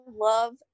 love